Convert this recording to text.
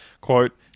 Quote